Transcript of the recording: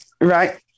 Right